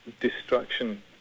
destruction